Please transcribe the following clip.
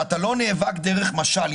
בדרך המשל,